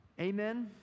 Amen